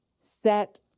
set